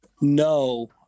No